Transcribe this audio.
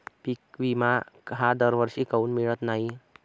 पिका विमा हा दरवर्षी काऊन मिळत न्हाई?